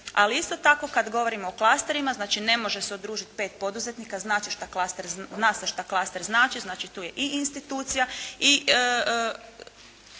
ali isto tako kada govorimo o klasterima, znači ne može se udružiti pet poduzetnika, zna se šta klaster znači, znači tu je i institucija i